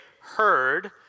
heard